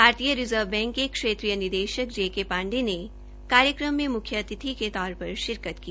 भारतीय Reserve Bank के क्षेत्रीय निदेशक जे के पांडे ने कार्यक्रम में मुख्य अतिथि के तौर पर शिरकत की